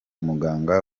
muganga